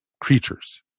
creatures